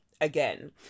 again